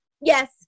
Yes